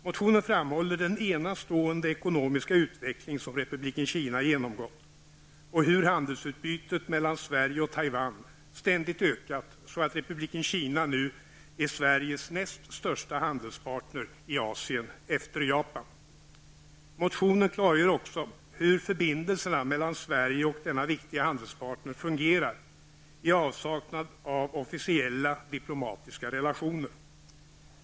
Motionen framhåller den enastående ekonomiska utveckling som Republiken Kina genomgått och hur handelsutbytet mellan Sverige och Taiwan ständigt ökat, så att Republiken Kina nu är Sveriges näst största handelspartner i Asien efter Japan. Motionen klargör också hur förbindelserna mellan Sverige och denna viktiga handelspartner fungerar i avsaknad av officiella diplomatiska relationer.